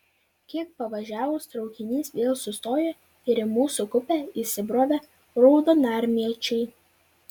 kiek pavažiavus traukinys vėl sustojo ir į mūsų kupė įsibrovė raudonarmiečiai